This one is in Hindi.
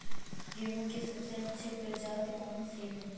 गेहूँ की सबसे अच्छी प्रजाति कौन सी है?